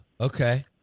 okay